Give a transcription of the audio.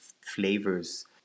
flavors